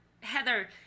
Heather